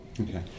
Okay